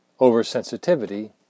oversensitivity